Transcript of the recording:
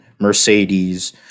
mercedes